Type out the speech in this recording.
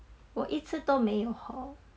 我一直都没有 hor